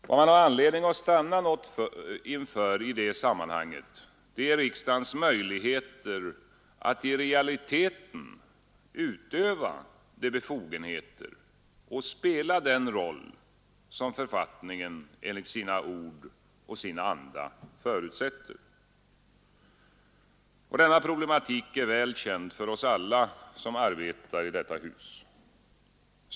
Vad man har anledning att stanna något för i detta sammanhang är riksdagens möjligheter att i realiteten utöva de befogenheter och spela den roll som författningen enligt sina ord och sin anda förutsätter. Denna problematik är väl känd för oss alla som arbetar i detta hus.